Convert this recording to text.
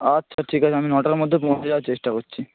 আচ্ছা ঠিক আছে আমি নটার মধ্যে পৌঁছে যাওয়ার চেষ্টা করছি